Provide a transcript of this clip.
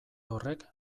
horrek